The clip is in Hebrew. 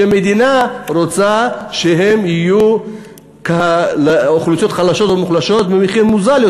אלה שהמדינה רוצה שהם יהיו לאוכלוסיות חלשות ומוחלשות במחיר מוזל,